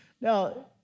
Now